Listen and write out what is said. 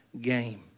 game